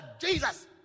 Jesus